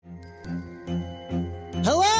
Hello